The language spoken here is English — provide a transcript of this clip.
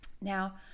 Now